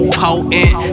potent